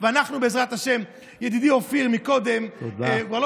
ואנחנו, בעזרת השם, ידידי אופיר קודם, תודה.